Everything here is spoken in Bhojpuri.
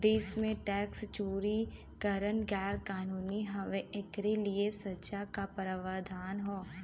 देश में टैक्स चोरी करना गैर कानूनी हउवे, एकरे लिए सजा क प्रावधान हौ